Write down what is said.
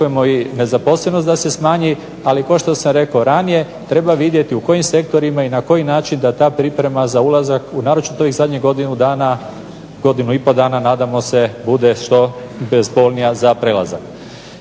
nezaposlenost da se smanji, ali kao što sam rekao ranije treba vidjeti u kojim sektorima i na koji način da ta priprema za ulazak naročito u ovih zadnjih godinu dana, godinu i pol dana nadamo se bude što bezbolnija za prelazak.